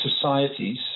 societies